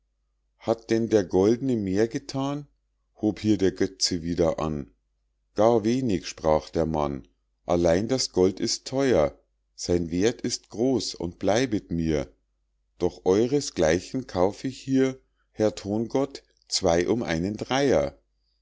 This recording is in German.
hat denn der goldne mehr gethan hob hier der götze wieder an gar wenig sprach der mann allein das gold ist theuer sein werth ist groß und bleibet mir doch eures gleichen kauf ich hier herr thongott zwei um einen dreier